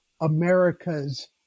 America's